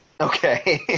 Okay